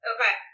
Okay